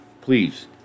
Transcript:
Please